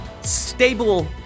stable